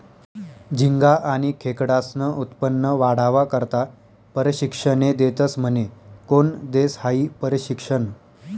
झिंगा आनी खेकडास्नं उत्पन्न वाढावा करता परशिक्षने देतस म्हने? कोन देस हायी परशिक्षन?